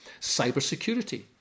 Cybersecurity